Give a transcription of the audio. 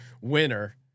winner